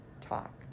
talk